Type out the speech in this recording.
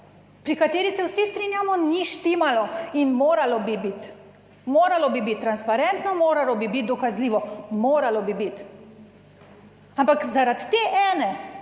pri kateri se vsi strinjamo, ni štimalo in moralo bi biti. Moralo bi biti transparentno, moralo bi biti dokazljivo, moralo bi biti, ampak zaradi te ene